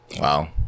Wow